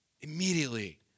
Immediately